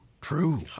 true